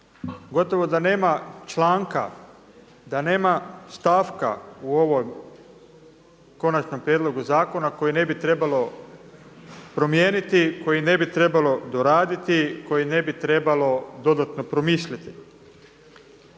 gotovo da nema članka da nema stavka u ovom konačnom prijedlogu zakona koji ne bi trebalo promijeniti, koji ne bi trebalo doraditi, koji ne bi trebalo dodatno promisliti.